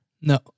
no